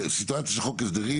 סיטואציה של חוק הסדרים,